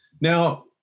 Now